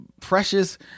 Precious